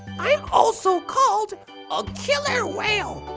i'm also called a killer whale!